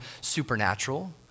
supernatural